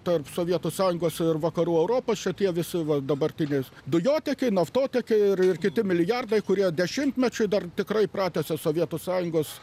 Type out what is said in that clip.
tarp sovietų sąjungos ir vakarų europos čia tie visi va dabartiniai dujotiekiai naftotiekiai ir ir kiti milijardai kurie dešimtmečiui dar tikrai pratęsia sovietų sąjungos